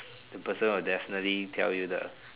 the person will definitely tell you the